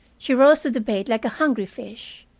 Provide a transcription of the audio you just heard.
she rose to the bait like a hungry fish.